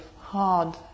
hard